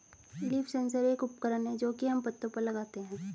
leaf sensor एक उपकरण है जो की हम पत्तो पर लगाते है